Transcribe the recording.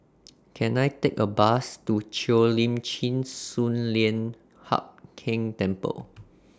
Can I Take A Bus to Cheo Lim Chin Sun Lian Hup Keng Temple